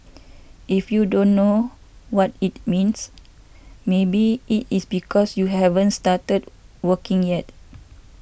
if you don't know what it means maybe it is because you haven't started working yet